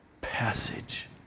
passage